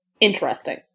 interesting